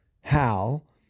Hal